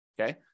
okay